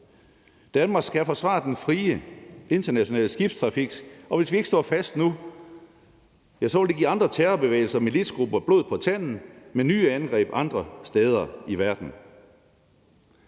Danmark skal forsvare den frie internationale skibstrafik, og hvis vi ikke står fast nu, vil det give andre terrorbevægelser og militsgrupper blod på tanden med nye angreb andre steder i verden.